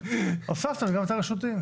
הוספתם גם את הרשותיים.